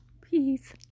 Peace